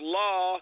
law